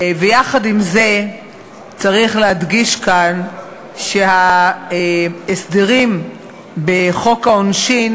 ויחד עם זה צריך להדגיש כאן שההסדרים בחוק העונשין